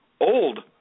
old